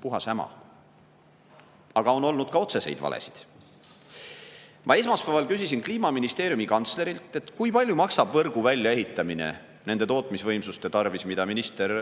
Puhas häma. Aga on olnud ka otseseid valesid. Esmaspäeval küsisin Kliimaministeeriumi kantslerilt, kui palju maksab võrgu väljaehitamine nende tootmisvõimsuste tarvis, mida minister